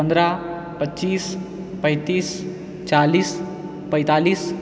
पन्द्रह पच्चीस पैंतीस चालिस पैतालिस